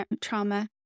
trauma